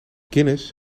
guinness